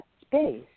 space